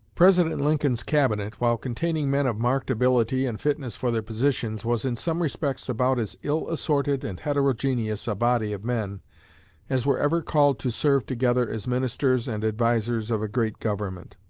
president lincoln's cabinet, while containing men of marked ability and fitness for their positions, was in some respects about as ill-assorted and heterogeneous a body of men as were ever called to serve together as ministers and advisers of a great government.